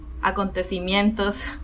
acontecimientos